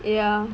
ya